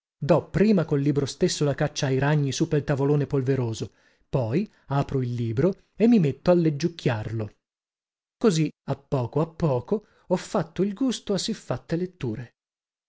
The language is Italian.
do prima col libro stesso la caccia ai ragni su pel tavolone polveroso poi apro il libro e mi metto a leggiucchiarlo così a poco a poco ho fatto il gusto a siffatte letture